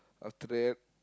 after that